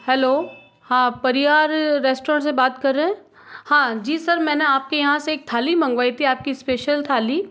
hello हाँ Parihar restaurant से बात कर रहे हैं हाँ जी सर मैंने आपके यहाँ से एक थाली मंगवाई थी आपकी स्पेशल थाली